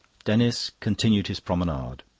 denis continued his promenade.